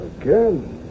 Again